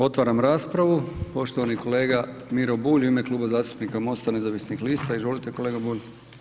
Otvaram raspravu, poštovani kolega Miro Bulj u ime Kluba zastupnika MOST-a nezavisnih lista, izvolite kolega Bulj.